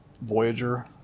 Voyager